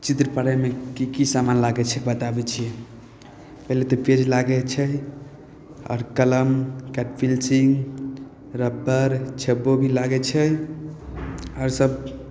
चित्र पाड़ैमे कि कि समान लागै छै बताबै छिए पहिले तऽ पेज लागै छै आओर कलम कटपेनसिल रबर छेब्बो भी लागै छै आओर सब